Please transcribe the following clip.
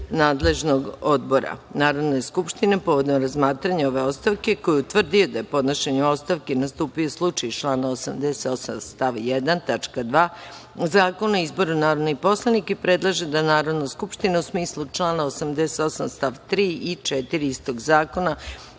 nadležnog odbora Narodne skupštine povodom razmatranja ove ostavke, koji je utvrdio da je podnošenjem ostavke nastupio slučaj iz člana 88. stav 1. tačka 2. Zakona o izboru narodnih poslanika i predlaže da Narodna skupština u smislu člana 88. stav 3. i 4. istog zakona,